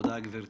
חבל